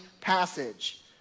passage